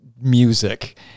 music